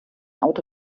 auto